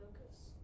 focus